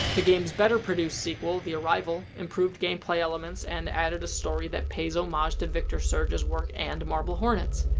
the game's better produced sequel, the arrival, improved on gameplay elements and added a story that pays homeage to victor surge's work and marble hornets.